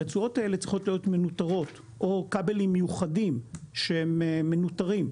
הרצועות צריכות להיות להיות מנוטרות או כבלים מיוחדים שהם מנוטרים.